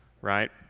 right